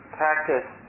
practice